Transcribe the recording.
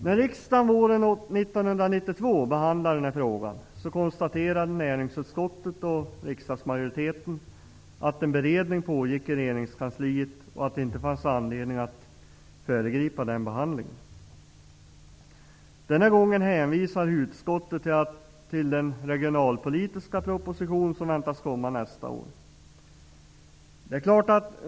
När riksdagen 1992 behandlade den här frågan konstaterade näringsutskottet och riksdagens majoritet att en beredning pågick i regeringskansliet och att det inte fanns anledning att föregripa den behandlingen. Den här gången hänvisar utskottet till den regionalpolitiska proposition som väntas komma nästa år.